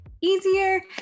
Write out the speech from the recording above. easier